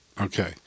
Okay